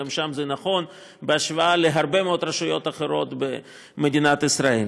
גם שם זה נכון בהשוואה לרשויות רבות אחרות במדינת ישראל.